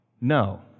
No